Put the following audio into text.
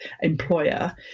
employer